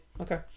Okay